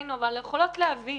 אמונתנו אבל יכולות להבין,